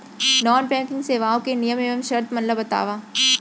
non banking सेवाओं के नियम एवं शर्त मन ला बतावव